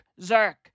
Zerk